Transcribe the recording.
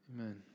Amen